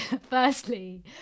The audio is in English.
firstly